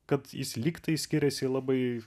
kad jis lyg tai skiriasi labai į